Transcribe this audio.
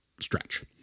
stretch